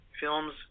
films